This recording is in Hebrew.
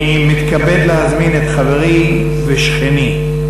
אני מתכבד להזמין את חברי ושכני,